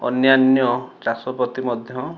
ଅନ୍ୟାନ୍ୟ ଚାଷ ପ୍ରତି ମଧ୍ୟ